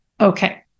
Okay